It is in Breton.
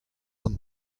hon